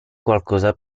qualcosa